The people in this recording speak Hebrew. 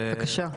בבקשה.